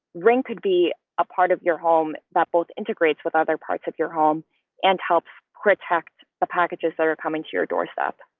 ring could be a part of your home that both integrates with other parts of your home and helps protect the packages that are coming to your doorstep